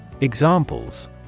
Examples